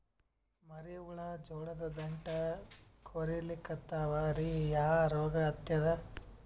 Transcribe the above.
ಮರಿ ಹುಳ ಜೋಳದ ದಂಟ ಕೊರಿಲಿಕತ್ತಾವ ರೀ ಯಾ ರೋಗ ಹತ್ಯಾದ?